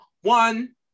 One